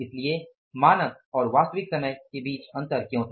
इसलिए मानक और वास्तविक समय के बीच अंतर क्यों था